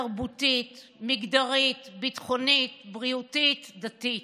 תרבותית, מגדרית, ביטחונית, בריאותית, דתית.